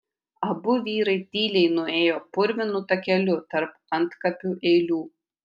abu vyrai tyliai nuėjo purvinu takeliu tarp antkapių eilių